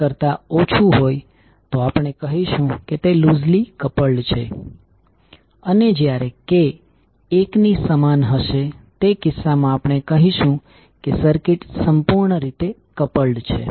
5 કરતા ઓછું હોય તો આપણે કહીશું કે તે લુઝલી કપલ્ડ છે અને જ્યારે k એક ની સમાન હશે તે કિસ્સામા આપણે કહીશું કે સર્કિટ સંપૂર્ણ રીતે કપલ્ડ છે